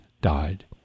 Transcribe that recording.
died